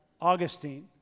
Augustine